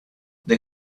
they